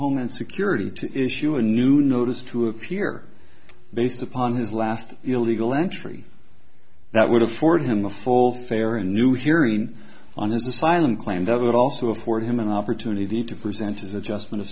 homeland security to issue a new notice to appear based upon his last illegal entry that would afford him a full fair and new hearing on his asylum claim that would also afford him an opportunity to present his adjustment of